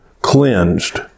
cleansed